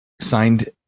signed